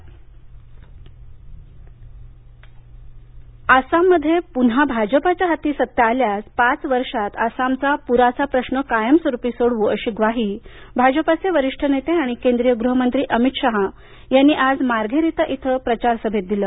अमित शहा आसाममध्ये पुन्हा भाजपाच्या हाती सत्ता आल्यास पाच वर्षांत आसामचा पुराचा प्रश्न कायमस्वरूपी सोडवू अशी ग्वाही भाजपाचे वरिष्ठ नेते आणि केंद्रीय गृहमंत्री अमित शहा यांनी आज मार्घेरिता इथं आयोजित प्रचार सभेत दिलं